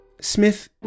Smith